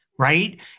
right